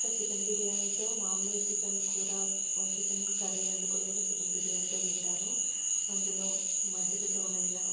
ఇంకా చికెన్ బిర్యానీతో మామూలుగా చికెన్ కూర చికెన్ కర్రీ వండుకుని కూడా చికెన్ బిర్యానీతో తింటాను అందులో మజ్జిగతో అయినా